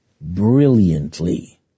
brilliantly